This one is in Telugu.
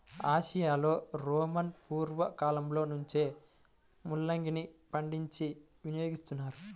ఆసియాలో రోమను పూర్వ కాలంలో నుంచే ముల్లంగిని పండించి వినియోగిస్తున్నారు